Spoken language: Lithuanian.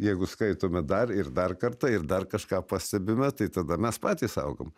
jeigu skaitome dar ir dar kartą ir dar kažką pastebime tai tada mes patys augom